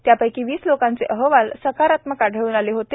त्यापैकी वीस लोकांचे अहवाल सकारात्मक आढळून आले होते